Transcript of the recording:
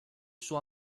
suo